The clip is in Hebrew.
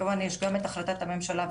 כמובן שקיימת החלטת הממשלה,